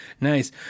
Nice